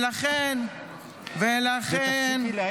אושר, מה אתה מציע?